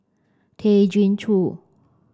Tay Chin Joo